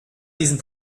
diesen